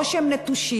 או שהם נטושים.